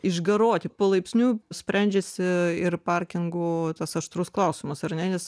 išgaruoti palaipsniui sprendžiasi ir parkingų tas aštrus klausimas ar ne nes